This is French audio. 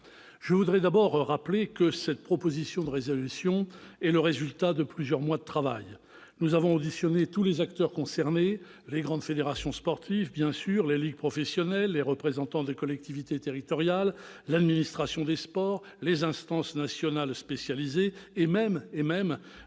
Je rappellerai d'abord que cette proposition de résolution est le résultat de plusieurs mois de travail. Nous avons auditionné tous les acteurs concernés : les grandes fédérations sportives, bien sûr, les ligues professionnelles, les représentants des collectivités territoriales, l'administration des sports, les instances nationales spécialisées, et même